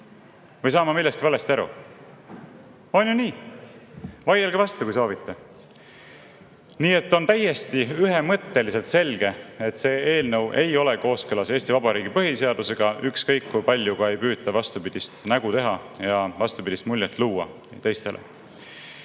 Või saan ma millestki valesti aru? On ju nii! Vaielge vastu, kui soovite. Nii et on täiesti ühemõtteliselt selge, et see eelnõu ei ole kooskõlas Eesti Vabariigi põhiseadusega, ükskõik kui palju ka ei püüta vastupidist nägu teha ja teistele vastupidist muljet luua.